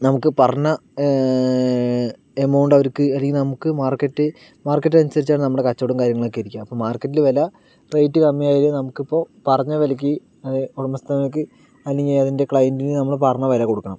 നമുക്ക് പറഞ്ഞ എമൗണ്ട് അവർക്ക് അല്ലെങ്കിൽ നമുക്ക് മാർക്കറ്റ് മാർക്കറ്റ് അനുസരിച്ച് ആണ് നമ്മുടെ കച്ചവടവും കാര്യങ്ങളൊക്കെ ഇരിക്കുക അപ്പോൾ മാർക്കറ്റില് വില റേറ്റ് കമ്മി ആയാല് നമുക്ക് ഇപ്പോൾ പറഞ്ഞ വിലയ്ക്ക് ഉടമസ്ഥർക്ക് അല്ലെങ്കിൽ അതിൻ്റെ ക്ലൈൻറ്റിന് അതിൻ്റെ പറഞ്ഞ വില കൊടുക്കണം